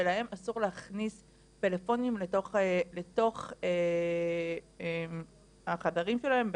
ולהם אסור להכניס פלאפונים לתוך החדרים שלהם,